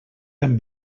amb